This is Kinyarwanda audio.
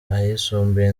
ayisumbuye